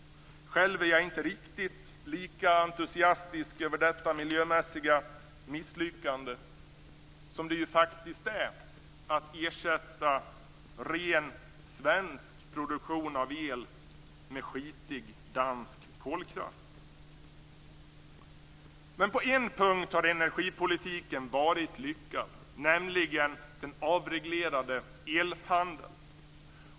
Själv är jag inte riktigt lika entusiastisk över detta miljömässiga misslyckande, som det faktiskt är att ersätta ren svensk produktion av el med skitig dansk kolkraft. På en punkt har energipolitiken varit lyckad, nämligen den avreglerade elhandeln.